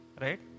right